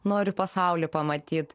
noriu pasaulį pamatyt